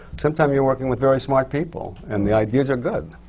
sometimes, you're working with very smart people, and the ideas are good.